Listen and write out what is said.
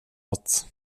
något